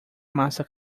massa